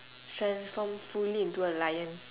transform fully into a lion